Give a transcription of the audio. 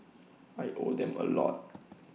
I owe them A lot